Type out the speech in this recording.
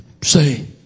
say